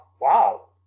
wow